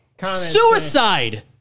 suicide